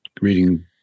reading